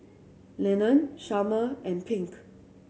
Lennon Chalmer and Pink